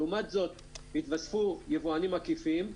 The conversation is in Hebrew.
לעומת זאת התווספו יבואנים עקיפים,